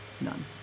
None